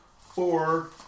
four